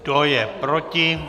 Kdo je proti?